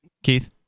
Keith